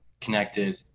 connected